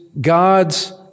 God's